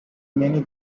many